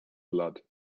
blood